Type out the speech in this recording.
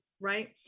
right